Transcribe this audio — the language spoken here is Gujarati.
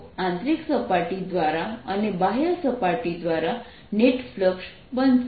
તો આંતરિક સપાટી દ્વારા અને બાહ્ય સપાટી દ્વારા નેટ ફ્લક્સ બનશે